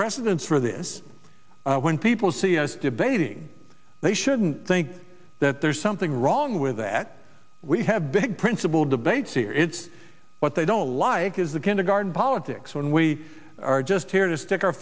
precedents for this when people see as debating they shouldn't think that there's something wrong with that we have big principle debates here it's what they don't like is the kindergarten politics when we are just here to stick our